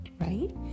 right